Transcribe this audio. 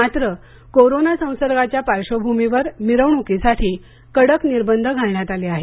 मात्र कोरोना संसर्गाच्या पार्श्वभूमीवर मिरवणुकीसाठी कडक निर्बंध घालण्यात आले आहेत